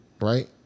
Right